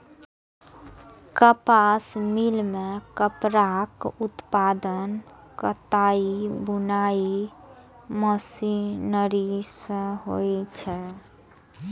कपास मिल मे कपड़ाक उत्पादन कताइ बुनाइ मशीनरी सं होइ छै